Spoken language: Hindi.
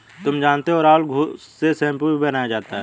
तुम जानते हो राहुल घुस से शैंपू भी बनाया जाता हैं